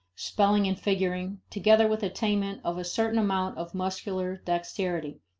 spelling and figuring, together with attainment of a certain amount of muscular dexterity,